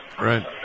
Right